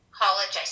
college